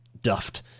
duffed